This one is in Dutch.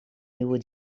nieuwe